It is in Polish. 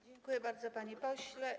Dziękuję bardzo, panie pośle.